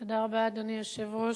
אדוני היושב-ראש,